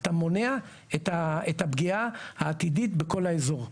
אתה מונע את הפגיעה העתידית בכל האזור,